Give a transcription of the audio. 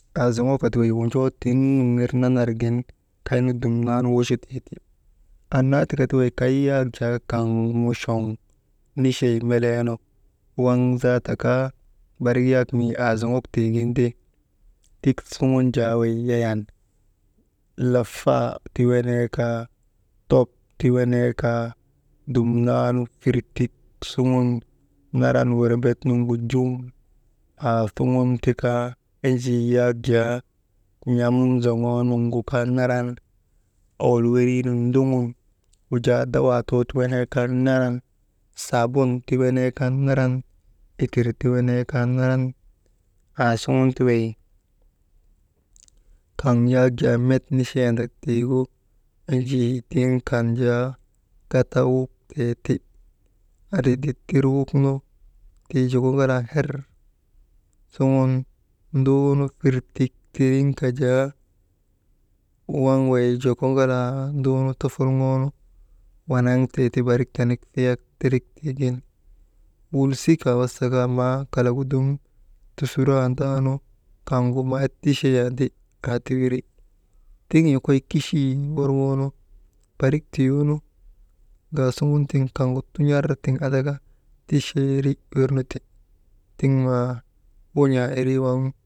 Aazoŋoka ti wey wonjoo tiŋ ner nanargin kaynu dumnaanu wochotee ti, annaa tika ti kay wey kay yak jaa kamuchoŋ nichey meleenu waŋ zaata kaa barik yak mii aazoŋok tiigin te, tik suŋun jaa wey yayan lafa ti wenee kaa top ti wenee kaa dumnaanu firtik suŋun naran werebet nuŋu jum aasuŋun ti kaa enjii yak jaa yam zoŋoo nuŋgu kaa naran owol weniinun ndoŋon wujaa dawaa too ti wenee kaa naran saadum ti wenee kaa naran itir ti wenee kaa naran aasuŋun wey kaŋ yak met nichendak tiigu enjii tiŋ kan jaa kata wuk tee ti, andri ditir wuk nu tii joko ŋaa her suŋun duumu firtik tiriŋka jaa waŋ wey ŋalaa tofolŋoo nu wanaŋ tee tindrik tiigin wulsika maa wasa kaa kalak gu dum tusurandaanu. Kaŋgu maa ticheyandi aati wiri tiŋ yokoy kichiyii worŋoo nu barik ti yonu ŋaasuŋun tiŋ kaŋgu tun̰ar tiv andaka ticheeri wirnu ti tiŋ maa wun̰aa irii waŋ.